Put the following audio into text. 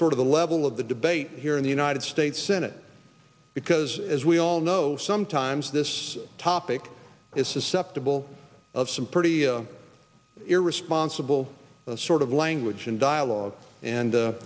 sort of the level of the debate here in the united states senate because as we all know sometimes this topic is susceptible of some pretty a irresponsible of sort of language and dialogue and